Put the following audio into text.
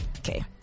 Okay